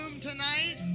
tonight